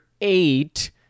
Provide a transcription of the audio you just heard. eight